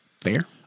fair